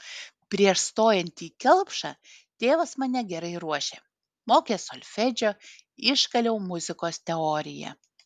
prieš stojant į kelpšą tėvas mane gerai ruošė mokė solfedžio iškaliau muzikos teoriją